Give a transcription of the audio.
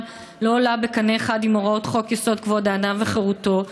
לא עולה בקנה אחד עם הוראות חוק-יסוד: כבוד האדם וחירותו,